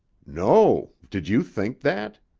no. did you think that?